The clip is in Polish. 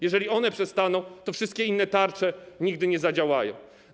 Jeżeli one przestaną to robić, to wszystkie inne tarcze nigdy nie zadziałają.